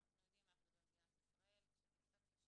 ואנחנו יודעים איך זה במדינת ישראל כשזה קצת קשה